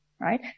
Right